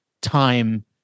time